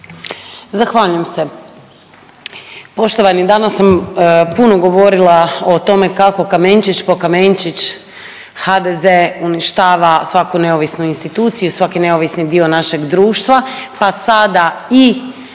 Zahvaljujem se. Poštovani danas sam puno govorila o tome kako kamenčić po kamenčić HDZ uništava svaku neovisnu instituciju, svaki neovisni dio našeg društva, pa sada i